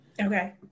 Okay